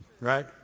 Right